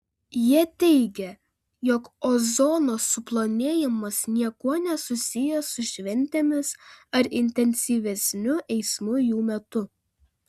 jie teigia jog ozono suplonėjimas niekuo nesusijęs su šventėmis ar intensyvesniu eismu jų metu